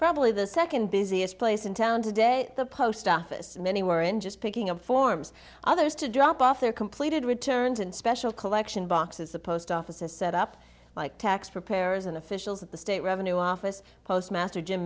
probably the second busiest place in town today the post office many were in just picking up forms others to drop off their completed returns and special collection boxes the post office is set up like tax preparers and officials at the state revenue office postmaster jim